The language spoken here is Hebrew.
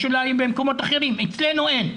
יש אולי במקומות אחרים, אצלנו אין.